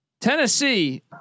Tennessee